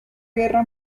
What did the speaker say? guerra